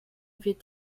wird